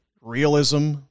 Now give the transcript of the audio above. realism